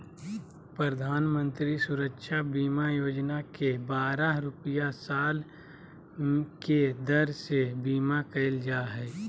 प्रधानमंत्री सुरक्षा बीमा योजना में बारह रुपया साल के दर से बीमा कईल जा हइ